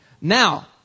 Now